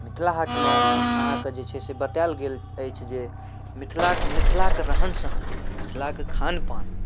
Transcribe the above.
मिथिला हाटमे अहाँके जे छै से बताएल गेल अछि जे मिथिलाके मिथिलाके रहन सहन मिथिलाके खानपान